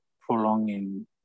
prolonging